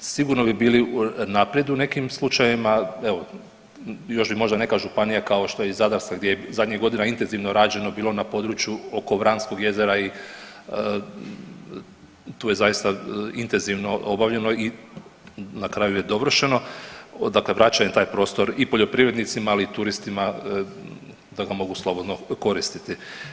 Sigurno bi bili naprijed u nekim slučajevima, evo još bi možda neka županija kao što je Zadarska gdje je zadnjih godina intenzivno rađeno bilo na području oko Vranskog jezera i tu je zaista intenzivno obavljeno i na kraju je dovršeno, dakle vraćen je taj prostor i poljoprivrednicima, ali i turistima da ga mogu slobodno koristiti.